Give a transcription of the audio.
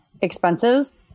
expenses